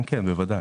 בטח.